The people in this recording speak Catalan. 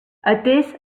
atés